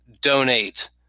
donate